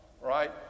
right